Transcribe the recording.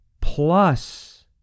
plus